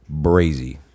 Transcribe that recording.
brazy